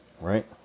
right